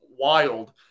wild